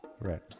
Right